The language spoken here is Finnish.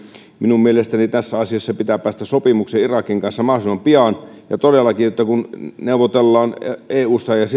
minun mielestäni tässä asiassa pitää päästä sopimukseen irakin kanssa mahdollisimman pian ja todellakin kun neuvotellaan eussa ja